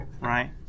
right